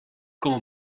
como